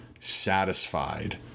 satisfied